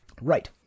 Right